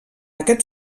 aquest